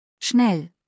Schnell